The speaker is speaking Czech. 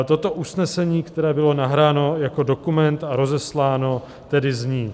Toto usnesení, které bylo nahráno jako dokument a rozesláno, tedy zní: